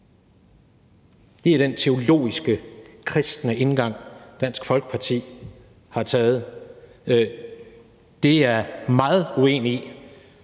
Det er den teologiske, kristne indgang, Dansk Folkeparti har taget. Det er jeg meget uenig i.